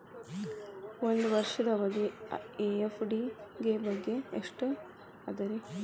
ಒಂದ್ ವರ್ಷದ ಅವಧಿಯ ಎಫ್.ಡಿ ಗೆ ಬಡ್ಡಿ ಎಷ್ಟ ಅದ ರೇ?